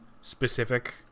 specific